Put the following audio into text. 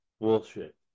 bullshit